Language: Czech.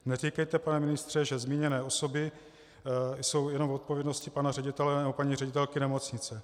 Neříkejte, pane ministře, že zmíněné osoby jsou jenom odpovědností pana ředitele nebo paní ředitelky nemocnice.